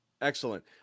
Excellent